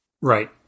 Right